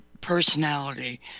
personality